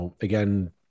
again